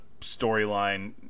storyline